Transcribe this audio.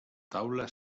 taula